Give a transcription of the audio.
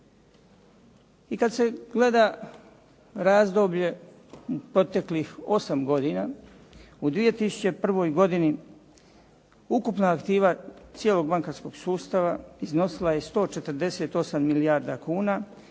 I kada se gleda razdoblje proteklih 8 godina u 2001. godini ukupna aktiva cijelog bankarskog sustava iznosila je 148 milijardi kuna